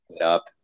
up